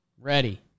Ready